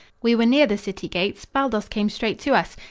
we were near the city gates baldos came straight to us.